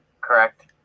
correct